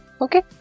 Okay